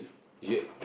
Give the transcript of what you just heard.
ya